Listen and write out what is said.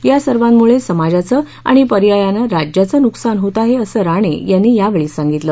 या सर्वांमुळे समाजाचं आणि पर्यायानं राज्याचं नुकसान होत आहे असं राणे यांनी यावेळी सांगितलं